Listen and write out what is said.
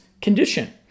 condition